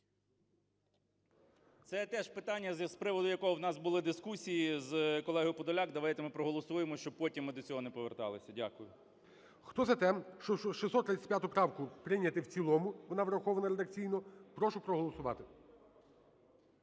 Це теж питання, з приводу якого в нас були дискусії з колегою Подоляк. Давайте ми проголосуємо, щоб потім ми до цього не поверталися. Дякую. ГОЛОВУЮЧИЙ. Хто за те, щоб 635 правку прийняти в цілому, вона врахована редакційно, прошу проголосувати.